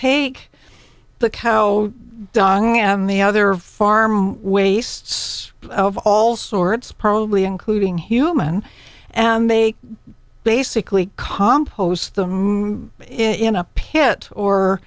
take the cow dung and the other farm wastes of all sorts probably including human and they basically compost them in a pit or